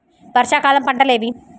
వర్షాకాలం పంటలు ఏవి?